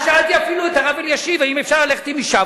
אז שאלתי אפילו את הרב אלישיב אם אפשר ללכת עם אשה,